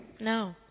No